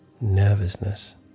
nervousness